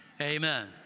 Amen